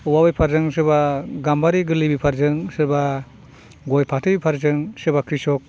अमा बेफारजों सोरबा गाम्बारि गोरलै बेफारजों सोरबा गय फाथै बेफारजों सोरबा क्रिसक